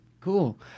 Cool